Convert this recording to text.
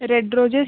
red roses